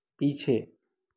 पीछे